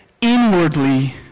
inwardly